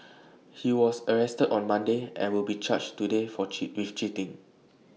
he was arrested on Monday and will be charged today with cheating